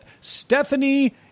Stephanie